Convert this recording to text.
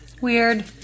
Weird